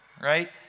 right